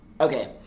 Okay